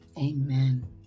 Amen